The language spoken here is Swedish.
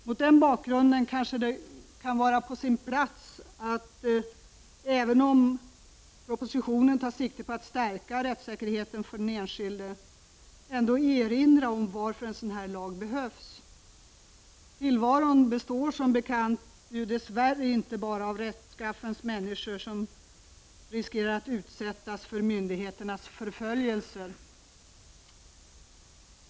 Mot den bakgrunden kanske det kan vara på sin plats — även om regeringen i propositionen tar sikte på att stärka rättssäkerheten för den enskilde — att erinra om varför en sådan här lag behövs. Tillvaron består som bekant inte bara av rättskaffens människor, som riskerar att utsättas för myndigheternas förföljelse.